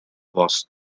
was